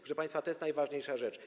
Proszę państwa, to jest najważniejsza rzecz.